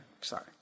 sorry